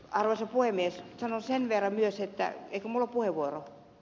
arvoisa puhemies sanon sen verran myös että ilman puheenvuoroa